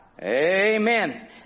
Amen